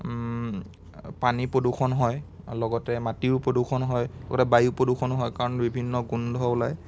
পানী প্ৰদূষণ হয় আৰু লগতে মাটিও প্ৰদূষণ হয় লগতে বায়ু প্ৰদূষণো হয় কাৰণ বিভিন্ন গোন্ধ ওলায়